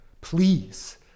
please